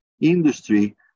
industry